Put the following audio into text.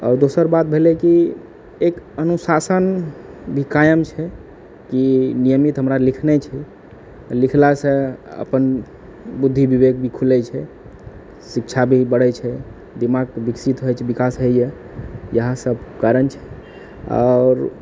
आओर दोसर बात भेलै कि एक अनुशासन भी कायम छै कि नियमित हमरा लिखनाइ छै लिखलासँ अपन बुद्धि विवेक भी खुलै छै शिक्षा भी बढ़ैत छै दिमाग विकसित होइत छै विकाश होइए इएह सब कारण छै आओर